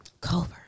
Culver